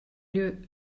lieu